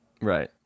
Right